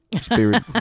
spirit